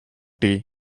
tea